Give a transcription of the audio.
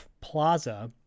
Plaza